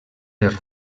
les